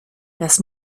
das